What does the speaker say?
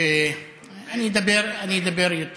שאני אדבר יותר